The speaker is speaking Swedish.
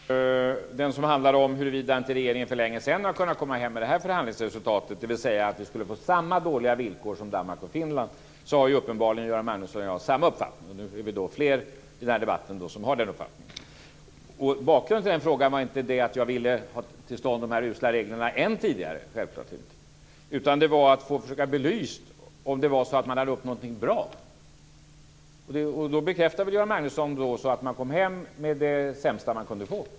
Fru talman! När det gäller min andra fråga som handlade om huruvida regeringen inte för länge sedan hade kunnat komma hem med det här förhandlingsresultatet, dvs. att vi skulle få samma dåliga villkor som Danmark och Finland, har uppenbarligen Göran Magnusson och jag samma uppfattning. Nu är vi då fler i den här debatten som har den uppfattningen. Bakgrunden till den frågan var inte att jag ville ha till stånd de usla reglerna än tidigare. Det var att försöka få belyst ifall det var så att man hade uppnått någonting bra. Och då bekräftade väl Göran Magnusson att man kom hem med det sämsta man kunde få.